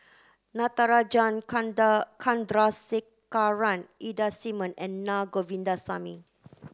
Natarajan Chandrasekaran Ida Simmons and Na Govindasamy